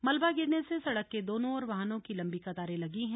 मलबा गिरने से सड़क के दोनों ओर वाहनों की लंबी कतारें लगी हैं